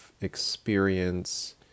experience